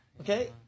Okay